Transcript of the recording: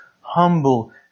humble